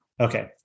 Okay